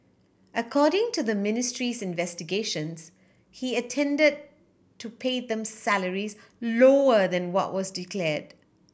according to the ministry's investigations he intended to pay them salaries lower than what was declared